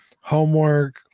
homework